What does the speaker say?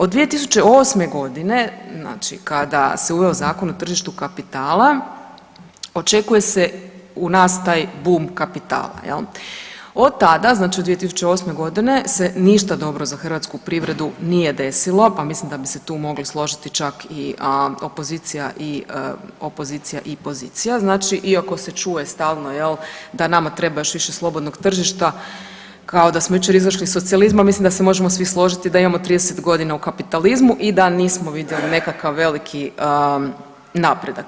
Od 2008.g. znači kada se uveo Zakon o tržištu kapitala očekuje se u nas taj bum kapitala jel, od tada znači od 2008.g. se ništa dobro za hrvatsku privredu nije desilo, pa mislim da bi se tu mogli složiti čak i opozicija, i opozicija i pozicija, znači iako se čuje stalno jel da nama treba još više slobodnog tržišta kao da smo jučer izašli iz socijalizma, mislim da se možemo svi složiti da imamo 30.g. u kapitalizmu i da nismo vidjeli nekakav veliki napredak.